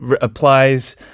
applies